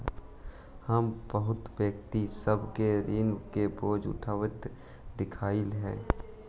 हम बहुत व्यक्ति सब के ऋण के बोझ उठाबित देखलियई हे